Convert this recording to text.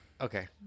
Okay